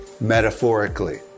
metaphorically